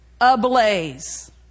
ablaze